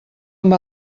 amb